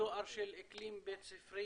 בדרך כלל רוב האלימות קורית